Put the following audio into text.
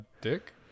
Dick